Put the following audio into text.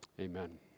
Amen